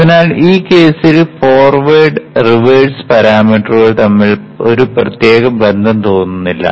അതിനാൽ ഈ കേസിൽ ഫോർവേഡ് റിവേഴ്സ് പാരാമീറ്ററുകൾ തമ്മിൽ ഒരു പ്രത്യേക ബന്ധം തോന്നുന്നില്ല